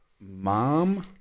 mom